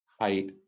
height